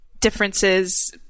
differences